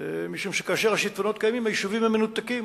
משום שכאשר השיטפונות קיימים היישובים מנותקים.